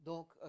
Donc